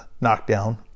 knockdown